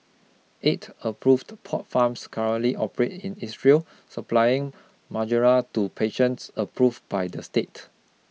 eight approved pot farms currently operate in Israel supplying marijuana to patients approved by the state